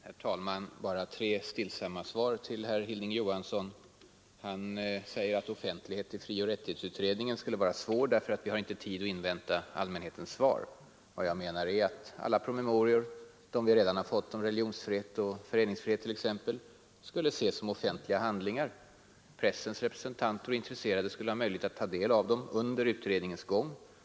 Herr talman! Bara tre stillsamma svar till herr Johansson i Trollhättan. 1. Han påstår att det skulle vara svårt att ge offentlighet åt arbetet i frioch rättighetsutredningen, eftersom vi inte har tid att invänta allmänhetens svar. Jag anser alltså att alla promemorior, t.ex. den om religionsfrihet och föreningsfrihet, skulle ses som offentliga handlingar. Pressens representanter och andra intresserade skulle ha möjlighet att ta del av den under utredningens gång.